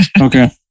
Okay